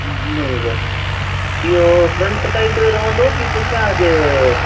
बराबरि इहो front side रहंदो की पुठियां जे